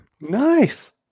Nice